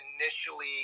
initially